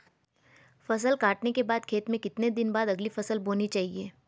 फसल काटने के बाद खेत में कितने दिन बाद अगली फसल बोनी चाहिये?